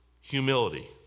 humility